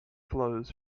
flows